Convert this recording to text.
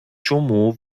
чому